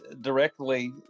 directly